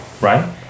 right